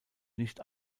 nicht